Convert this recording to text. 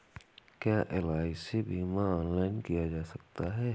क्या एल.आई.सी बीमा ऑनलाइन किया जा सकता है?